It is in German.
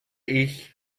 ich